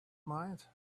mind